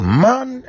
man